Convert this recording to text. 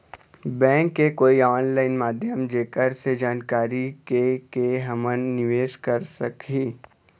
Bank के कोई online माध्यम जेकर से जानकारी के के हमन निवेस कर सकही?